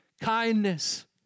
kindness